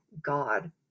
God